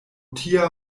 tia